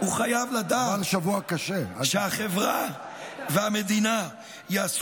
הוא חייב לדעת שהחברה והמדינה יעשו